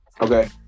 Okay